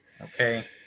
Okay